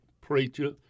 preacher